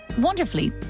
wonderfully